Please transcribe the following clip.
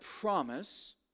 promise